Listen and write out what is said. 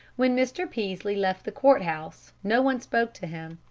when mr. peaslee left the court house no one spoke to him,